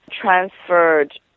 transferred